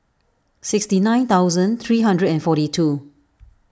sixty nine thousand three hundred and forty two